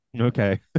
Okay